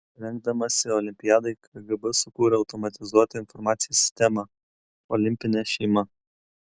rengdamasi olimpiadai kgb sukūrė automatizuotą informacinę sistemą olimpinė šeima